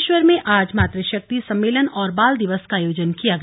बागेश्वर में आज मातृ शक्ति सम्मेलन और बाल दिवस का आयोजन किया गया